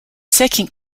second